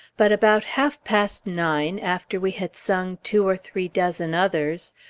but about half-past nine, after we had sung two or three dozen others,